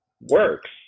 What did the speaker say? works